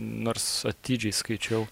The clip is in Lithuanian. nors atidžiai skaičiau